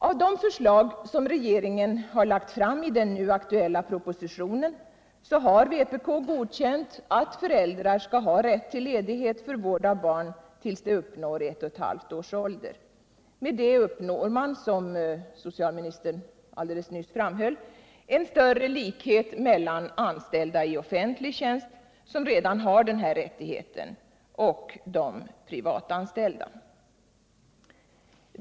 Av de förslag som regeringen har lagt fram I den nu aktuella propositionen har vpk godkänt att föräldrar skall ha rätt till ledighet för vård av barn tills det uppnår eu och ett halvi års ålder. Med detta uppnår man. som socialministern nyss framhöll, en större likhet mellan anställda i offentlig tjänst, som redan har denna rättighet, och de privatanställda.